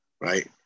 right